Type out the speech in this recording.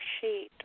sheet